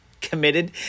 committed